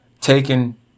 taken